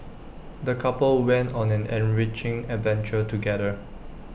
the couple went on an enriching adventure together